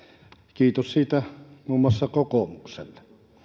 kiitos siitä muun muassa kokoomukselle